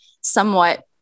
somewhat